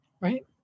Right